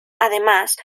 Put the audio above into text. además